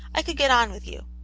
i could get on with you.